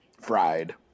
Fried